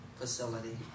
facility